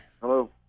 Hello